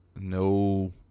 No